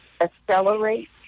accelerate